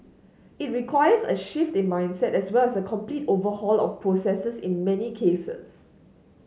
it requires a shift in mindset as well as a complete overhaul of processes in many cases